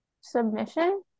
submission